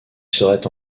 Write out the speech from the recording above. serait